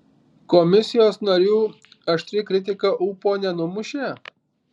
komisijos narių aštri kritika ūpo nenumušė